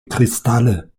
kristalle